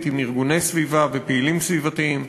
עם ארגוני סביבה ופעילים סביבתיים,